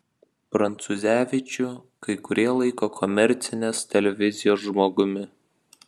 prancūzevičių kai kurie laiko komercinės televizijos žmogumi